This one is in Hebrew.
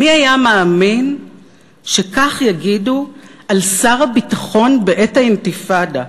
מי היה מאמין שכך יגידו על שר הביטחון בעת האינתיפאדה,